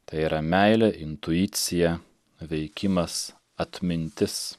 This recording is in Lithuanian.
tai yra meilė intuicija veikimas atmintis